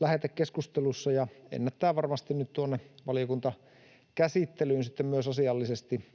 lähetekeskustelussa ja ennättää varmasti nyt tuonne valiokuntakäsittelyyn myös asiallisesti